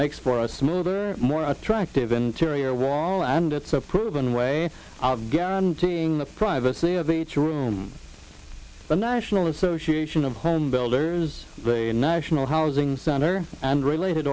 makes for a smoother more attractive interior wall and it's a proven way out guaranteeing the privacy of each room the national association of homebuilders the national housing center and related